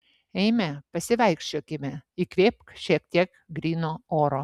eime pasivaikščiokime įkvėpk šiek tiek gryno oro